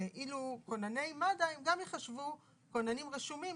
ואילו כונני מד"א הם גם יחשבו כוננים רשומים,